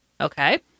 Okay